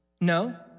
No